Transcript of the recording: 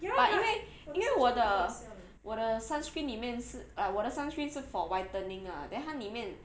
but 因为因为我的我的 sunscreen 里面是我的 sunscreen 是 for whitening ah then 它里面